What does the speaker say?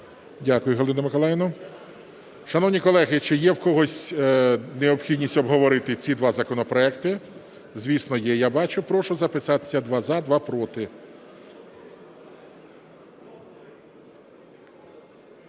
Дякую, Галина Миколаївна. Шановні колеги, чи є в когось необхідність обговорити ці два законопроекти? Звісно, є, я бачу. Я прошу записатися: два – за, два – проти.